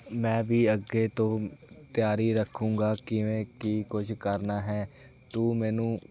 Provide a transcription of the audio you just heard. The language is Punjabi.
ਮੈਂ ਵੀ ਅੱਗੇ ਤੋਂ ਤਿਆਰੀ ਰੱਖੂੰਗਾ ਕਿਵੇਂ ਕੀ ਕੁਝ ਕਰਨਾ ਹੈ ਤੂੰ ਮੈਨੂੰ